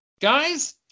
guys